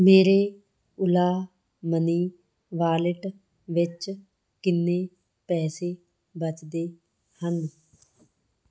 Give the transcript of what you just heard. ਮੇਰੇ Ola money wallet ਵਿੱਚ ਕਿੰਨੇ ਪੈਸੇ ਬਚਦੇ ਹਨ